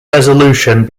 resolution